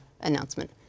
announcement